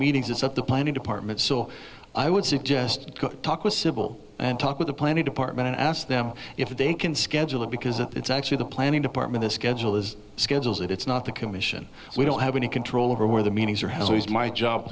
meetings it's at the planning department so i would suggest talk with civil and talk with the planning department and ask them if they can schedule it because it's actually the planning department the schedule is schedules that it's not the commission we don't have any control over where the meetings are has always my job